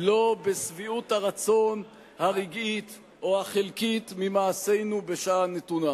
לא בשביעות הרצון הרגעית או החלקית ממעשינו בשעה נתונה.